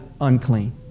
unclean